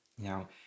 Now